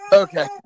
Okay